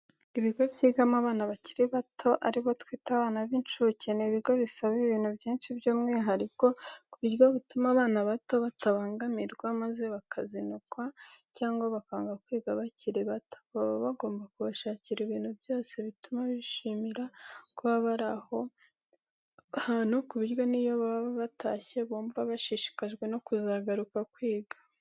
Ibigo byigamo abana bakiri bato ari bo twita abana b'inshuke, ni ibigo bisaba ibintu byinshi by'umwihariko ku buryo butuma abana bato batabangamirwa maze bakazinukwa cyangwa bakanga kwiga bakiri bato, baba bagomba kubashakira ibintu byose bituma bishimira kuba bari aho hantu ku buryo n'iyo batashye bumva bashishikajwe no kuzagaruka kwiga.